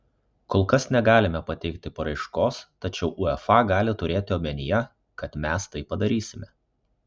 kol kas negalime pateikti paraiškos tačiau uefa gali turėti omenyje kad mes tai padarysime